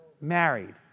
married